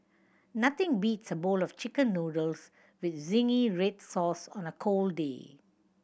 nothing beats a bowl of Chicken Noodles with zingy red sauce on a cold day